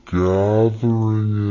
gathering